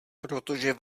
protože